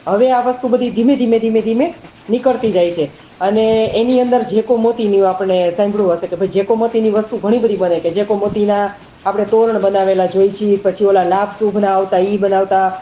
હવે આ વસ્તુ બધી ધીમે ધીમે ધીમે ધીમે નીકળતી જાય છે અને એની અંદર જે કો મોતીનું આપણે સાંભળ્યું હશે કે જેકો મોતીની વસ્તુ ઘણીબધી બને કે જેકો મોતીના આપણે તોરણ બનાવેલા જોઈ છી પછી પેલા લાભ શુભના આવતા એ બનાવતા